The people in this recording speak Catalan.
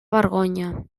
vergonya